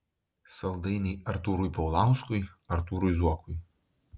saldainiai artūrui paulauskui artūrui zuokui